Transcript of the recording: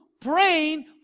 praying